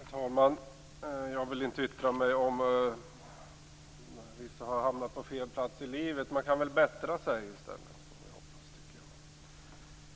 Herr talman! Jag vill inte yttra mig om huruvida vissa har hamnat på fel plats i livet. Jag hoppas att de i stället